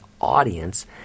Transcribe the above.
audience